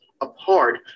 apart